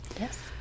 Yes